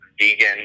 vegan